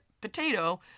potato